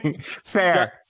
Fair